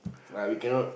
but we cannot